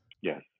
Yes